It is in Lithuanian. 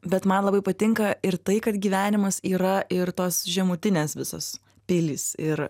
bet man labai patinka ir tai kad gyvenimas yra ir tos žemutinės visos pilys ir